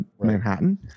Manhattan